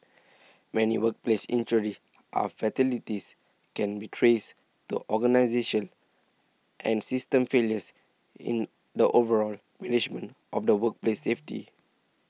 many workplace injuries are fatalities can be traced to organisation and system failures in the overall management of the workplace safety